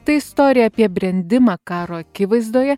tai istorija apie brendimą karo akivaizdoje